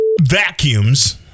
vacuums